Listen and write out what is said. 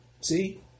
See